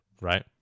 right